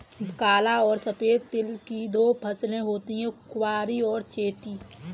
काला और सफेद तिल की दो फसलें होती है कुवारी और चैती